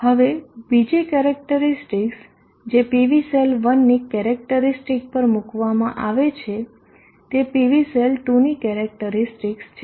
હવે બીજી કેરેક્ટરીસ્ટિકસ જે PV સેલ 1 ની કેરેક્ટરીસ્ટિકસ પર મુકવામાં આવે છે તે PV સેલ 2 ની કેરેક્ટરીસ્ટિકસ છે